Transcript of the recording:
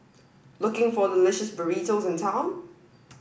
looking for delicious burritos in town